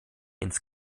ins